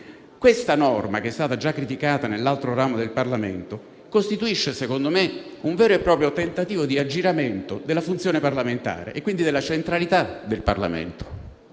Questa norma, già criticata nell'altro ramo del Parlamento, costituisce secondo me un vero e proprio tentativo di aggiramento della funzione parlamentare e quindi della centralità del Parlamento.